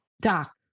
doc